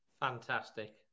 Fantastic